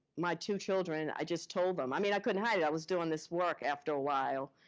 my two children, i just told them. i mean, i couldn't hide it, i was doing this work after a while.